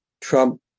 Trump